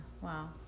wow